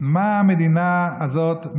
מה המדינה הזאת,